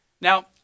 Now